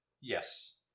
Yes